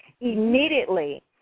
immediately